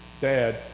Dad